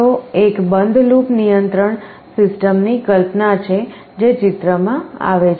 તો એક બંધ લૂપ નિયંત્રણ સિસ્ટમની કલ્પના છે જે ચિત્રમાં આવે છે